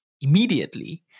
immediately